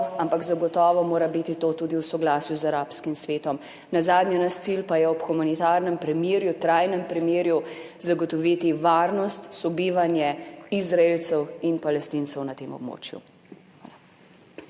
Ampak zagotovo mora biti to tudi v soglasju z arabskim svetom. Nazadnje, naš cilj pa je ob humanitarnem premirju, trajnem premirju zagotoviti varnost, sobivanje Izraelcev in Palestincev na tem območju.